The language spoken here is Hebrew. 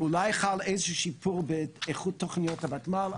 אולי חל איזשהו שיפור באיכות תוכניות הוותמ"ל,